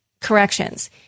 corrections